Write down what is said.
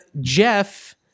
Jeff